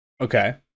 Okay